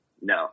No